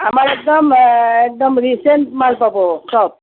আমাৰ একদম একদম ৰিচেণ্ট মাল পাব চব